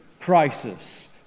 crisis